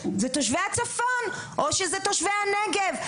ותושבי הצפון או שזה תושבי הנגב.